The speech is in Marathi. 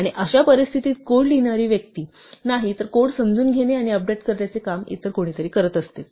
आणि अशा परिस्थितीत कोड लिहिणारी व्यक्ती नाही तर कोड समजून घेणे आणि अपडेट करण्याचे काम इतर कोणीतरी असते